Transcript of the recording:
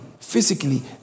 physically